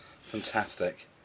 Fantastic